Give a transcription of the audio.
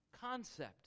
concept